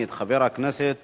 חבר הכנסת